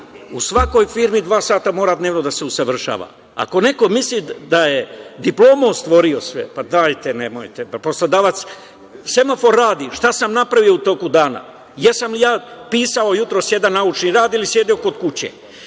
u svakoj firmi mora dva sata dnevno da se usavršava. Ako neko misli da je diplomom stvorio sve, pa, dajte, nemojte. Poslodavac…Semafor radi, šta sam napravio u toku dana? Jesam li ja pisao jutros jedan naučni rad ili sedeo kod kuće